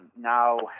Now